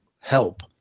help